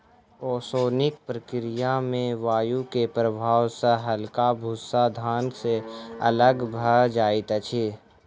ओसौनिक प्रक्रिया में वायु के प्रभाव सॅ हल्का भूस्सा धान से अलग भअ जाइत अछि